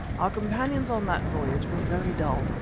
our companions on that voyage were very dull.